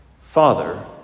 Father